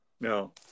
No